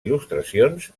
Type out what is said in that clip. il·lustracions